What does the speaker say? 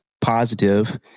positive